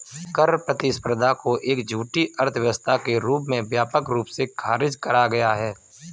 कर प्रतिस्पर्धा को एक झूठी अर्थव्यवस्था के रूप में व्यापक रूप से खारिज करा गया है